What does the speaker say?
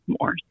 more